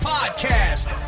Podcast